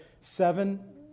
seven